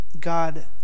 God